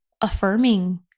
affirming